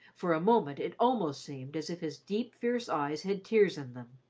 for a moment it almost seemed as if his deep, fierce eyes had tears in them.